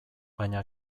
baina